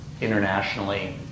internationally